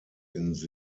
involved